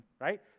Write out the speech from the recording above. right